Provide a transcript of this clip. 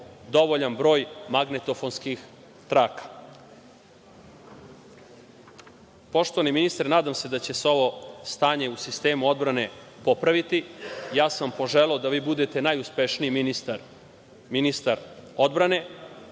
dovoljan broj magnetofonskih traka. Poštovani ministre, nadam se da će se ovo stanje u sistemu odbrane popraviti. Ja sam poželeo da vi budete najuspešniji ministar odbrane